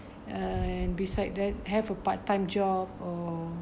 and beside that have a part-time job or